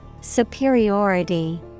Superiority